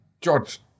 George